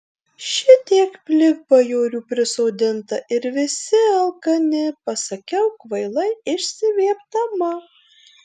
šitiek plikbajorių prisodinta ir visi alkani pasakiau kvailai išsiviepdama